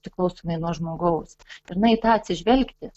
priklausomai nuo žmogaus ir na į tą atsižvelgti